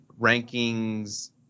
rankings –